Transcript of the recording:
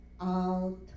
out